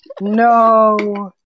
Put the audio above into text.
no